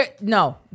No